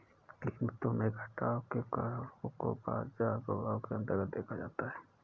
कीमतों में घटाव के कारणों को बाजार प्रभाव के अन्तर्गत देखा जाता है